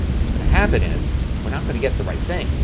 what's going to happen is we're not going to get the right thing.